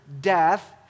death